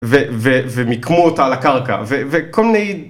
ומקמו אותה על הקרקע, וכל מיני...